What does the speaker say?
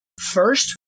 first